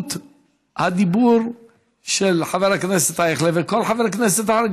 זכות הדיבור היא של חבר הכנסת אייכלר ושל כל חבר כנסת אחר.